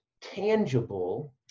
tangible